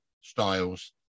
styles